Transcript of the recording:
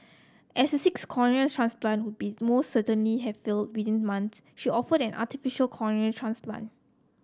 as a sixth cornea transplant would be most certainly have failed within months she offered an artificial cornea transplant